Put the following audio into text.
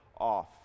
off